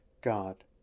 God